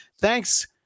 Thanks